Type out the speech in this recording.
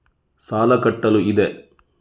ಸಾಲ ಕಟ್ಟಲು ಇದೆ